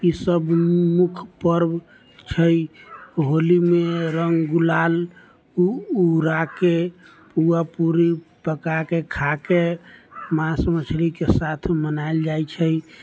ई सब मुख्य पर्व छै होलीमे रङ्ग गुलाल उ उड़ाके पूआ पूरी पकाके खाके माँस मछलीके साथ मनायल जाइ छै